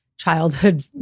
childhood